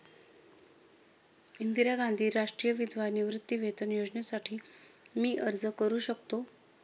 इंदिरा गांधी राष्ट्रीय विधवा निवृत्तीवेतन योजनेसाठी मी अर्ज करू शकतो?